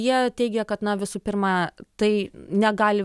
jie teigia kad na visų pirma tai negali